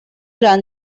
run